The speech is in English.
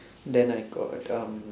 then I got um